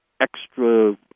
extra